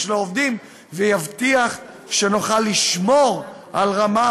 לעובדים ויבטיח שנוכל לשמור על רמה